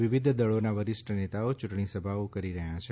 વિવિધ દળોના વરિષ્ઠ નેતાઓ ચૂંટણી સભાઓ કરી રહ્યા છે